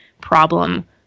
problem